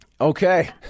Okay